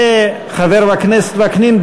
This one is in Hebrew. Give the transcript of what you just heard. חבר הכנסת וקנין,